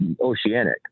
oceanic